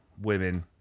women